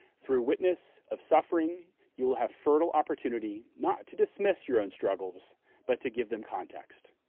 through witness of suffering, you will have fertile opportunity not to dismiss your own struggles but to give them context.